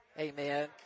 Amen